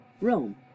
Rome